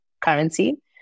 currency